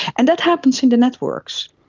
and that happens in the networks,